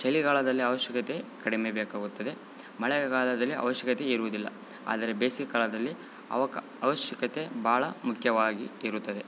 ಚಳಿಗಾಲದಲ್ಲಿ ಅವಶ್ಯಕತೆ ಕಡಿಮೆ ಬೇಕಾಗುತ್ತದೆ ಮಳೆಗಾಲದಲ್ಲಿ ಅವಶ್ಯಕತೆ ಇರುವುದಿಲ್ಲ ಆದರೆ ಬೇಸಿಗೆ ಕಾಲದಲ್ಲಿ ಅವಕಾ ಅವಶ್ಯಕತೆ ಭಾಳ ಮುಖ್ಯವಾಗಿ ಇರುತ್ತದೆ